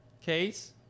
Case